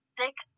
thick